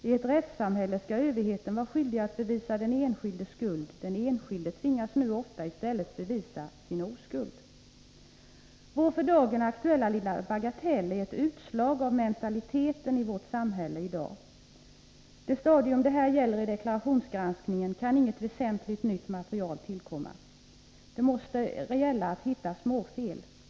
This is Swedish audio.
I ett rättssamhälle skall överheten vara skyldig att bevisa den enskildes skuld. Den enskilde tvingas nu ofta i stället bevisa sin oskuld. Vår för dagen aktuella lilla bagatell är ett utslag av mentaliteten i vårt samhälle i dag — på det stadium det här gäller i deklarationsgranskningen kan inget väsentligt nytt material tillkomma. Det måste alltså handla om att hitta småfel.